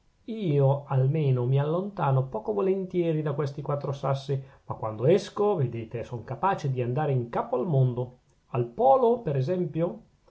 io almeno mi allontano poco volentieri da questi quattro sassi ma quando esco vedete son capace di andare in capo al mondo al polo per esempio